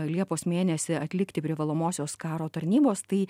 liepos mėnesį atlikti privalomosios karo tarnybos tai